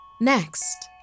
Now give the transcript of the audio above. Next